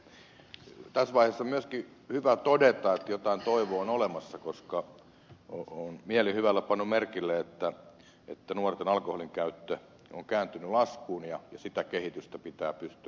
tässä vaiheessa on myöskin hyvä todeta että jotain toivoa on olemassa koska olen mielihyvällä pannut merkille että nuorten alkoholinkäyttö on kääntynyt laskuun ja sitä kehitystä pitää pystyä vahvistamaan